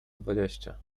dwadzieścia